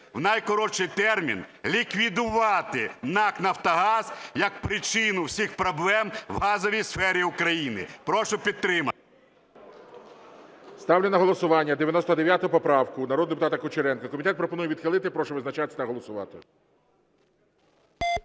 у найкоротший термін ліквідувати НАК "Нафтогаз" як причину всіх проблем у газовій сфері України. Прошу підтримати. ГОЛОВУЮЧИЙ. Ставлю на голосування 99 поправку народного депутата Кучеренка. Комітет пропонує відхилити. Прошу визначатися та голосувати.